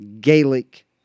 Gaelic